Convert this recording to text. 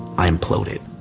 i imploded.